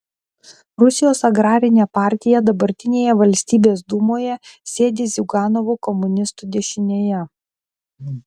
rusijos agrarinė partija dabartinėje valstybės dūmoje sėdi ziuganovo komunistų dešinėje